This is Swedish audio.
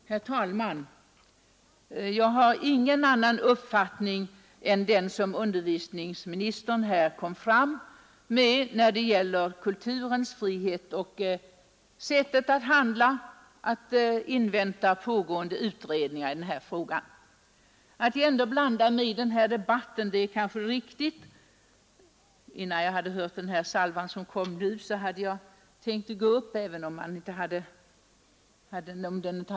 Herr talman! Jag har ingen annan uppfattning än den som undervisningsministern här har gett uttryck för när det gäller kulturens frihet och angelägenheten av att invänta pågående utredningar i denna fråga. Men jag kanske ändå bör blanda mig i den här debatten, vilket jag faktiskt tänkt göra redan innan jag hörde den salva som fru Ryding kom med.